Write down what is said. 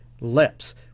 lips